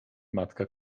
matka